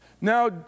now